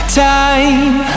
time